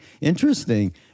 interesting